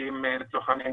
שמבקשים לצורך העניין,